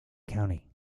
county